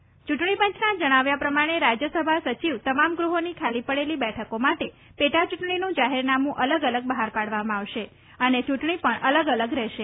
યૂંટણીપંચના જણાવ્યા પ્રમાણે રાજ્યસભા સચિવ તમામ ગૃહોની ખાલી પડેલી બેઠકો માટે પેટા ચૂંટણીનું જાહેરનામું અલગ અલગ બહાર પાડવામાં આવશે અને ચૂંટણી પણ અલગ અલગ રહેશે